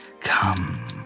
Come